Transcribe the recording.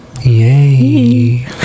Yay